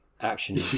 action